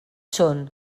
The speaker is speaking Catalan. són